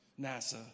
NASA